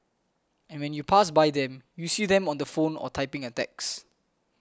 and when you pass by them you see them on the phone or typing a text